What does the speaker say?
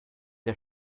der